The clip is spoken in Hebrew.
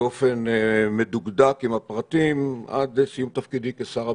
באופן מדוקדק עם הפרטים עד לסיום תפקידי כשר הביטחון.